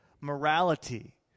morality